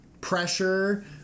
pressure